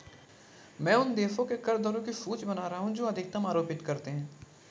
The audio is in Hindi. मैं उन देशों के कर दरों की सूची बना रहा हूं जो अधिकतम कर आरोपित करते हैं